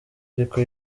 ariko